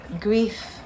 grief